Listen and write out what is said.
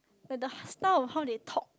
like the style of how they talk